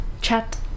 chat